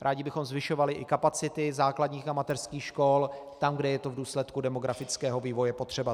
Rádi bychom zvyšovali i kapacity základních a mateřských škol tam, kde je to v důsledku demografického vývoje potřeba.